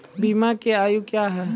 बीमा के आयु क्या हैं?